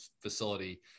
facility